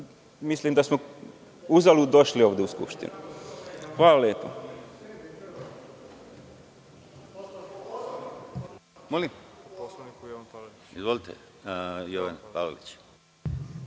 mislim da smo uzalud došli ovde u Skupštinu. Hvala lepo.